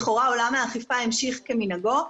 לכאורה עולם האכיפה המשיך כמנהגו.